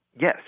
Yes